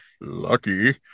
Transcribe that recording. lucky